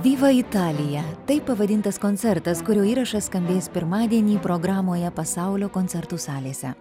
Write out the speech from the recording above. viva italija taip pavadintas koncertas kurio įrašas skambės pirmadienį programoje pasaulio koncertų salėse